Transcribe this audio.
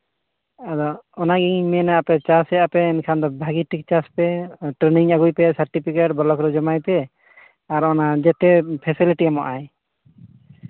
ᱟᱫᱚ ᱚᱱᱟᱜᱤᱧ ᱢᱮᱱᱟ ᱟᱯᱮ ᱪᱟᱥ ᱯᱮ ᱮᱱᱠᱷᱟᱱ ᱫᱚ ᱵᱷᱟ ᱜᱤ ᱴᱷᱤᱠ ᱵᱷᱟᱹᱜᱤ ᱴᱷᱤᱠ ᱪᱟᱥ ᱯᱮ ᱴᱨᱮ ᱱᱤᱝ ᱟᱹᱜᱩᱭ ᱯᱮ ᱥᱟᱨᱴᱤᱯᱷᱤᱠᱮᱹᱴ ᱵᱞᱚᱠ ᱨᱮ ᱡᱚᱢᱟᱭ ᱯᱮ ᱟᱨ ᱚᱱᱟ ᱡᱟᱛᱮ ᱯᱷᱮᱥᱮᱞᱤᱴᱤ ᱮᱢᱚᱜ ᱟᱭ